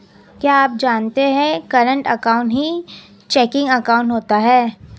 क्या आप जानते है करंट अकाउंट ही चेकिंग अकाउंट होता है